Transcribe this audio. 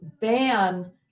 ban